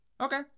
Okay